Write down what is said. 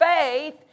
faith